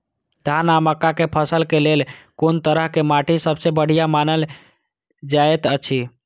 धान आ मक्का के फसल के लेल कुन तरह के माटी सबसे बढ़िया मानल जाऐत अछि?